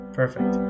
perfect